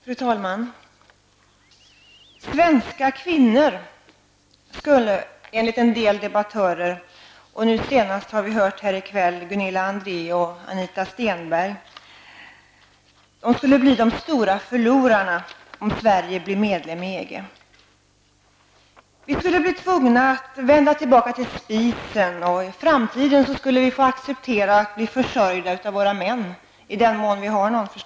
Fru talman! Svenska kvinnor skulle enligt en del debattörer -- nu senast har vi här i kväll hört Gunilla André och Anita Stenberg -- bli de stora förlorarna om Sverige blir medlem i EG. Vi skulle bli tvungna att vända tillbaka till spisen. I framtiden skulle vi få acceptera att bli försörjda av våra män, i den mån vi har någon man.